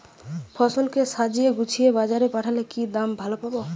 ফসল কে সাজিয়ে গুছিয়ে বাজারে পাঠালে কি দাম ভালো পাব?